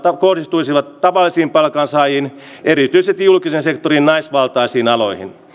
kohdistuisivat tavallisiin palkansaajiin erityisesti julkisen sektorin naisvaltaisiin aloihin